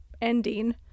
ending